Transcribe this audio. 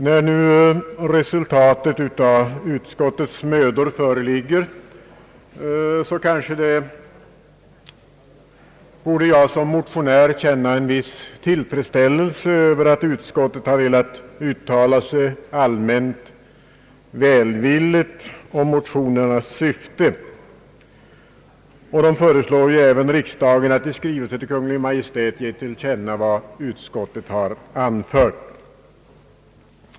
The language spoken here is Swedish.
När nu resultatet av utskottets mödor föreligger borde jag kanske som motionär känna tillfredsställelse över att utskottet har velat uttala sig allmänt välvilligt om motionernas syfte och även har föreslagit riksdagen att i skrivelse till Kungl. Maj:t ge till känna vad utskottet har anfört.